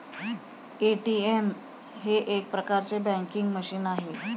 ATM हे एक प्रकारचे बँकिंग मशीन आहे